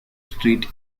street